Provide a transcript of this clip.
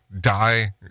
die